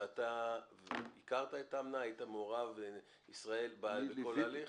אתה הכרת את האמנה, היית מעורב בכל ההליך?